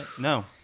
No